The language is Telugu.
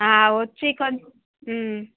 వచ్చి కొంచెం